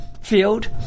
field